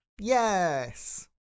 Yes